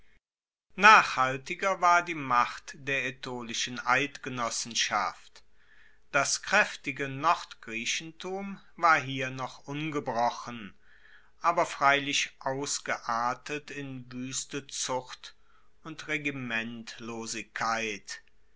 nachhaltiger war die macht der aetolischen eidgenossenschaft das kraeftige nordgriechentum war hier noch ungebrochen aber freilich ausgeartet in wueste zucht und